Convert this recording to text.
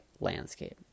landscape